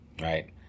right